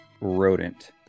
rodent